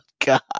God